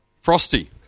Frosty